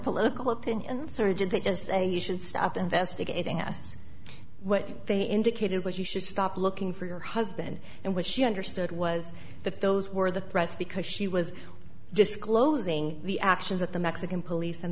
political opinions or did they just say you should stop investigating us what they indicated was you should stop looking for your husband and what she understood was that those were the threats because she was disclosing the actions of the mexican police